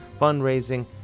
fundraising